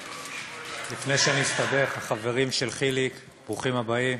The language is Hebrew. לפני שאני אסתבך, החברים של חיליק, ברוכים הבאים.